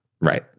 Right